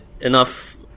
enough